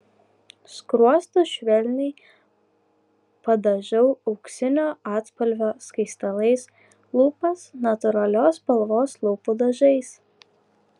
skruostus švelniai padažau auksinio atspalvio skaistalais lūpas natūralios spalvos lūpų dažais